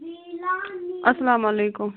اسلامُ علیکُم